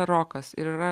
rokas ir yra